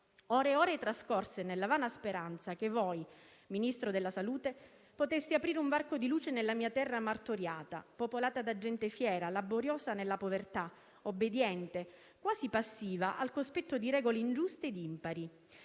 «Ore e ore trascorse nella vana speranza che voi, Ministro della salute, poteste aprire un varco di luce nella mia terra martoriata, popolata da gente fiera, laboriosa nella povertà, obbediente, quasi passiva al cospetto di regole ingiuste e impari.